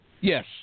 Yes